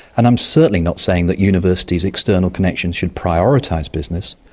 and i'm certainly not saying that universities external connections should prioritize business.